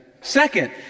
Second